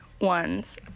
ones